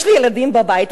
יש לי ילדים בבית.